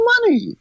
money